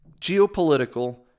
geopolitical